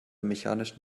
mechanischen